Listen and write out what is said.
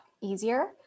easier